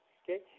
okay